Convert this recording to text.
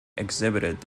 exhibited